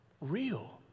real